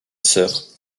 sœur